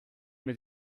mit